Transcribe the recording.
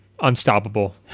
Unstoppable